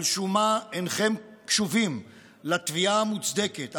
על שום מה אינכם קשובים לתביעה המוצדקת,